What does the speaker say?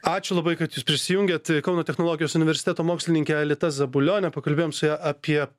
ačiū labai kad jūs prisijungėt kauno technologijos universiteto mokslininkė alita zabulionė pakalbėjom su ja apie